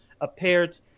appeared